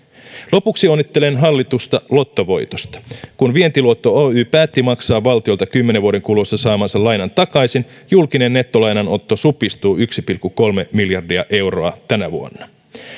lopuksi onnittelen hallitusta lottovoitosta kun vientiluotto oy päätti maksaa valtiolta kymmenen vuoden kuluessa saamansa lainan takaisin julkinen nettolainanotto supistuu yksi pilkku kolme miljardia euroa tänä vuonna